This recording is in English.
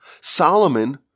Solomon